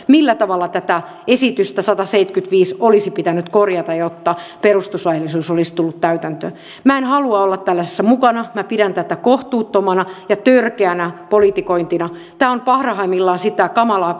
millä tavalla tätä esitystä sataseitsemänkymmentäviisi olisi pitänyt korjata jotta perustuslaillisuus olisi tullut täytäntöön minä en halua olla tällaisessa mukana minä pidän tätä kohtuuttomana ja törkeänä politikointina tämä on parhaimmillaan sitä kamalaa